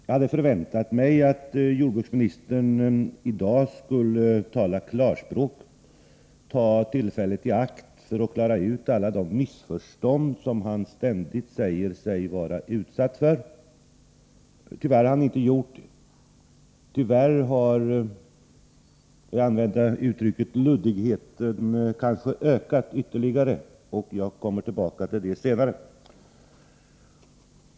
Jag hade väntat mig att jordbruksministern i dag skulle tala klarspråk, ta tillfället i akt att klara ut alla de missförstånd som han ständigt säger sig vara utsatt för. Tyvärr har han inte gjort det. Tyvärr har luddigheten — om jag får använda det uttrycket — ytterligare ökat. Jag kommer tillbaka till det senare.